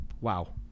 wow